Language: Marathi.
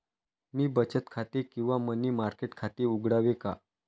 मी बचत खाते किंवा मनी मार्केट खाते उघडावे का?